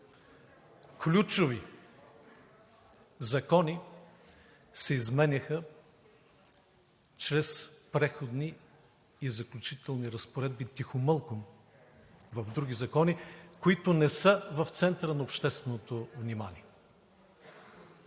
Ключови закони се изменяха чрез преходни и заключителни разпоредби тихомълком в други закони, които не са в центъра на общественото внимание.